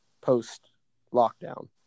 post-lockdown